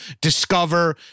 discover